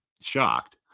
shocked